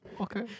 Okay